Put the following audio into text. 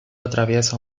atraviesa